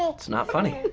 ah it's not funny.